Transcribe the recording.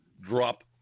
drop